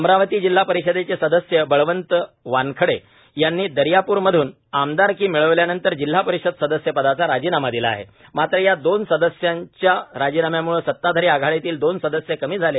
अमरावती जिल्हा परिषदेचे सदस्य बळवंत वानखडे यांनी दर्यापूर मधून आमदारकी मिळवल्यानंतर जिल्हा परिषद सदस्य पदाचा राजीनामा दिला आहे मात्र या दोन सदस्याच्या राजीनाम्यामुळं सताधारी आघाडीतील दोन सदस्य कमी झाले